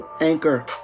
Anchor